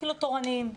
אפילו תורניים,